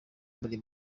muri